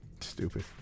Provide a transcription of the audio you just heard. Stupid